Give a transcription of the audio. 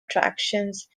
attractions